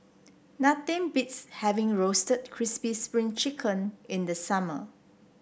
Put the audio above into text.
nothing beats having Roasted Crispy Spring Chicken in the summer